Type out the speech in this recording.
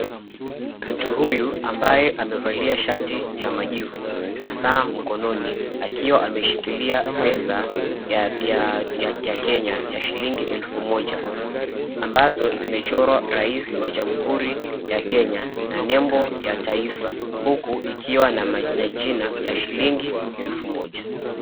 Mtu huyu ambaye amevalia shati ya majivu na saa mkononi, akiwa ameshikilia pesa ya Kenya ya shilingi elfu moja ambazo zimechorwa rais wa Jamhuri ya Kenya na nembo ya taifa, huku ikiwa na jina ya shilingi elfu moja.